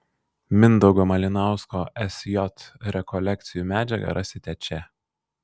mindaugo malinausko sj rekolekcijų medžiagą rasite čia